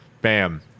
Bam